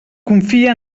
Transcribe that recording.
confia